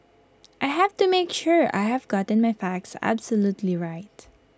I have to make sure I have gotten my facts absolutely right